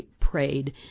prayed